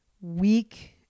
weak